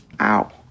Ow